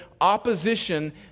opposition